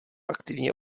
aktivně